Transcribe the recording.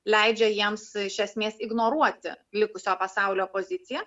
leidžia jiems iš esmės ignoruoti likusio pasaulio poziciją